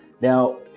now